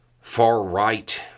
far-right